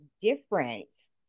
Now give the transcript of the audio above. difference